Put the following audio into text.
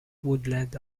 woodland